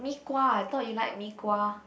mee-kuah I thought you like mee-kuah